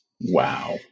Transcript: Wow